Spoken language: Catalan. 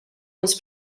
més